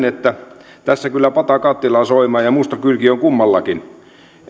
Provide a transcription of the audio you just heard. että tässä kyllä pata kattilaa soimaa ja musta kylki on kummallakin